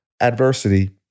adversity